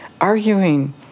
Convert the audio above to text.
arguing